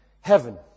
heaven